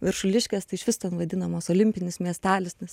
viršuliškės tai išvis ten vadinamos olimpinis miestelis nes